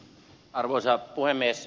arvoisa puhemies